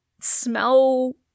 smell